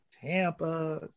Tampa